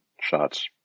shots